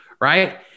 right